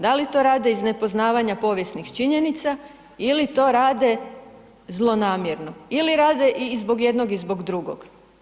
Da li to rade iz nepoznavanja povijesnih činjenica ili to rade zlonamjerno ili rade i zbog jednog i zbog drugog?